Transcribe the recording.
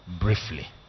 briefly